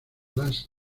las